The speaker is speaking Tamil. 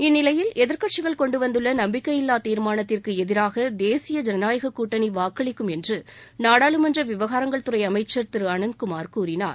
இந்நிலையில் எதிர்க்கட்சிகள் கொண்டுவந்துள்ள நம்பிக்கையில்லா தீர்மானத்திற்கு எதிராக தேசிய ஜனநாயக் கூட்டணி வாக்களிக்கும் என்று நாடாளுமன்ற விவகாரங்கள் துறை அமைச்சர் திரு அனந்த்குமார் கூறினார்